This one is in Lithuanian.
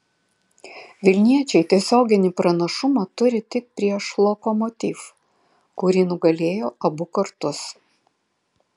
vilniečiai tiesioginį pranašumą turi tik prieš lokomotiv kurį nugalėjo abu kartus